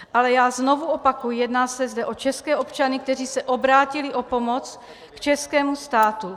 Ale já znovu opakuji, jedná se zde o české občany, kteří se obrátili o pomoc k českému státu.